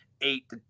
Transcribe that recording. eight